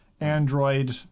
Android